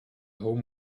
home